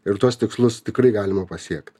ir tuos tikslus tikrai galima pasiekt